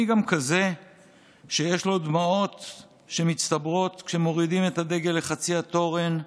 אני גם כזה שיש לו דמעות שמצטברות כשמורידים את הדגל לחצי התורן.